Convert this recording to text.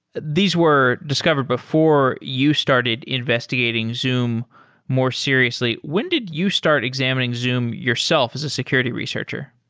these were discovered before you started investigating zoom more seriously. when did you start examining zoom yourself as a security researcher?